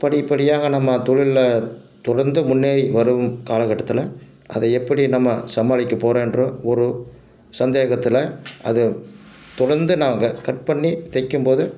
படிபடியாக நம்ம தொழிலில் தொடர்ந்து முன்னேறி வரும் காலக்கட்டத்தில் அதை எப்படி நம்ம சமாளிக்க போறோன்ற ஒரு சந்தேகத்தில் அதை தொடர்ந்து நாங்கள் கட் பண்ணி தைக்கிம் போது